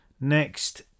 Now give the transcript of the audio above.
next